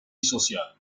social